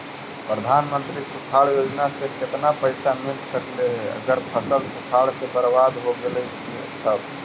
प्रधानमंत्री सुखाड़ योजना से केतना पैसा मिल सकले हे अगर फसल सुखाड़ से बर्बाद हो गेले से तब?